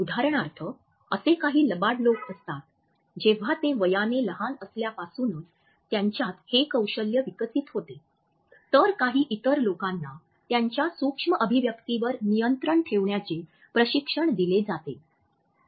उदाहरणार्थ असे काही लबाड लोक असतात जेव्हा ते वयाने लहान असल्यापासूनच त्यांच्यात हे कौशल्य विकसित होते तर काही इतर लोकांना त्यांच्या सूक्ष्म अभिव्यक्तींवर नियंत्रण ठेवण्याचे प्रशिक्षण दिले जाते